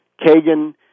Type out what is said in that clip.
Kagan